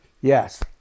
yes